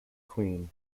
queen